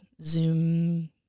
Zoom